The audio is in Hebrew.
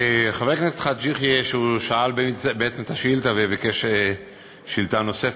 חבר הכנסת חאג' יחיא שאל את השאילתה וביקש שאילתה נוספת,